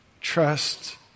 trust